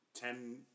ten